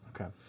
Okay